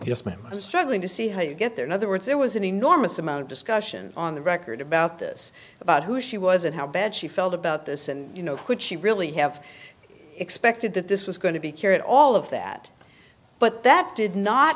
yes ma'am i'm struggling to see how you get there other words there was an enormous amount of discussion on the record about this about who she was and how bad she felt about this and you know could she really have expected that this was going to be cured all of that but that did not